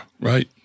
right